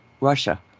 Russia